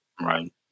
Right